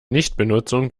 nichtbenutzung